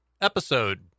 episode